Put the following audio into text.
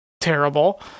terrible